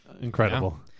incredible